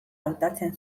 hautatzen